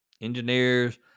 engineers